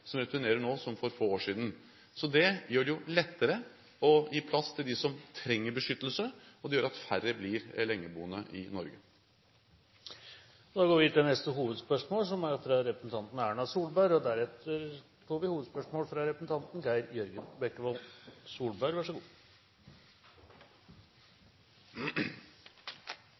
som returnerer nå enn for få år siden. Så det gjør det jo lettere å gi plass til dem som trenger beskyttelse, og det gjør at færre blir lengeboende i Norge. Vi går videre til neste hovedspørsmål.